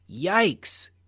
Yikes